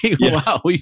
Wow